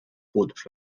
puudus